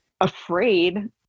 afraid